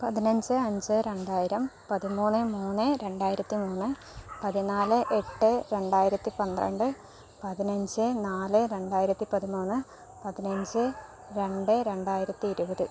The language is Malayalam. പതിനഞ്ച് അഞ്ച് രണ്ടായിരം പതിമൂന്ന് മൂന്ന് രണ്ടായിരത്തി മൂന്ന് പതിനാല് എട്ടേ രണ്ടായിരത്തി പന്ത്രണ്ട് പതിനഞ്ച് നാല് രണ്ടായിരത്തി പതിമൂന്ന് പതിനഞ്ച് രണ്ട് രണ്ടായിരത്തി ഇരുപത്